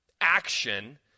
action